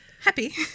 happy